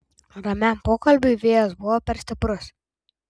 ramiam pokalbiui vėjas buvo per stiprus